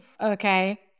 okay